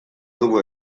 dugu